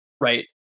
Right